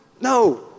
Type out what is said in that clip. No